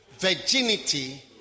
Virginity